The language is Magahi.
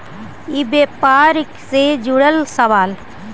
ई व्यापार से जुड़ल सवाल?